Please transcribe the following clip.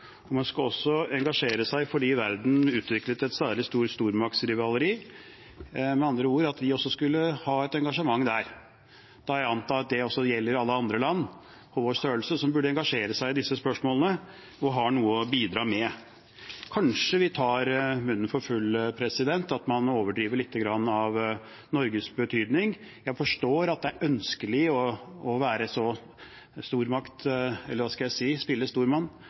og man skulle også engasjere seg fordi verden utvikler en særlig stor stormaktsrivalisering. Med andre ord skulle vi også ha et engasjement der. Da vil jeg anta at det også gjelder alle andre land på vår størrelse, som burde engasjere seg i disse spørsmålene, og som har noe å bidra med. Kanskje man tar munnen for full, at man overdriver Norges betydning litt. Jeg forstår at det er ønskelig å spille stormann rundt omkring, og jeg forstår at det er veldig interessant. Jeg